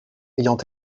ayant